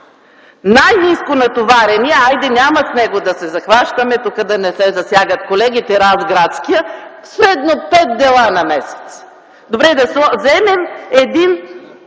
най-ниско натоварения – хайде, няма с него да се захващаме тук, за да не се засягат колегите – Разградският, имат средно 5 дела на месец. Добре, да вземем един